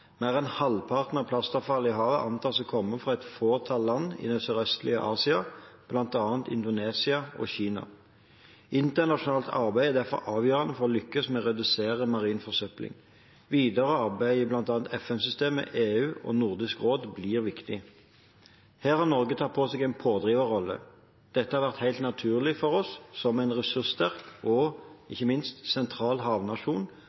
Mer enn halvparten av plastavfallet i havet antas å komme fra et fåtall land i det sørøstlige Asia, bl.a. Indonesia og Kina. Internasjonalt arbeid er derfor avgjørende for å lykkes med å redusere marin forsøpling. Videre arbeid i bl.a. FN-systemet, EU og Nordisk råd blir viktig. Her har Norge tatt på seg en pådriverrolle. Dette har vært helt naturlig for oss som en ressurssterk og ikke minst sentral havnasjon